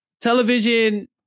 television